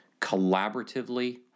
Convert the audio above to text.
collaboratively